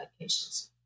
medications